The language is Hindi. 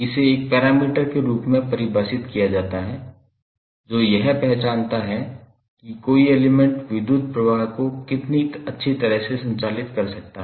इसे एक पैरामीटर के रूप में परिभाषित किया जाता है जो यह पहचानता है कि कोई एलिमेंट विद्युत प्रवाह को कितनी अच्छी तरह से संचालित कर सकता है